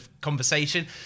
conversation